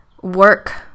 work